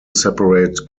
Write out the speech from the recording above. separate